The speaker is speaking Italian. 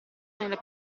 nella